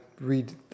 read